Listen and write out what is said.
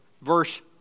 verse